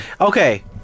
Okay